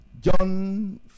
John